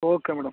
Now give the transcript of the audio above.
okay madam